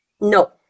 No